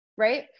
right